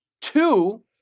Two